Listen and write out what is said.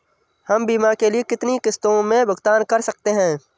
हम बीमा के लिए कितनी किश्तों में भुगतान कर सकते हैं?